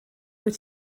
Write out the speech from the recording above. dwyt